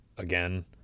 Again